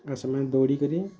ଆର୍ ସେମାନେ ଦଉଡ଼ି କରି